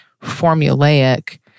formulaic